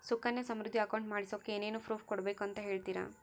ಸುಕನ್ಯಾ ಸಮೃದ್ಧಿ ಅಕೌಂಟ್ ಮಾಡಿಸೋಕೆ ಏನೇನು ಪ್ರೂಫ್ ಕೊಡಬೇಕು ಅಂತ ಹೇಳ್ತೇರಾ?